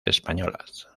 españolas